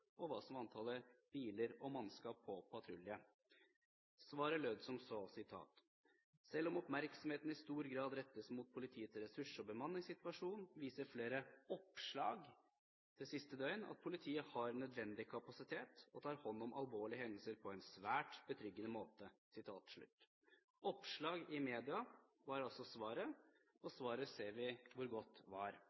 og hva som var antallet biler og mannskap på patrulje. Svaret lød som så: «Selv om oppmerksomheten i stor grad rettes mot politiets ressurs- og bemanningssituasjon, viser flere oppslag de siste døgn at politiet har nødvendig kapasitet og tar hånd om alvorlige hendelser på en svært betryggende måte.» Oppslag i media var altså svaret – og vi ser hvor godt svaret var.